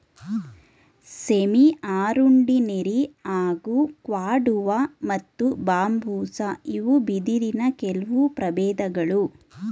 ಸೆಮಿಅರುಂಡಿನೆರಿ ಹಾಗೂ ಗ್ವಾಡುವ ಮತ್ತು ಬಂಬೂಸಾ ಇವು ಬಿದಿರಿನ ಕೆಲ್ವು ಪ್ರಬೇಧ್ಗಳು